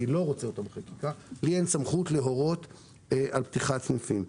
אבל אני לא רוצה את זה בחקיקה להורות על פתיחת סניפים.